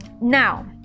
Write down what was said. Now